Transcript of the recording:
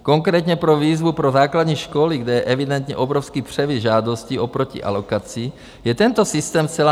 Konkrétně pro výzvu pro základní školy, kde je evidentně obrovský převis žádostí oproti alokaci, je tento systém zcela nevhodný.